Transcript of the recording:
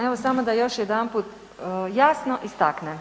Evo samo da još jedanput jasno istaknem.